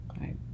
right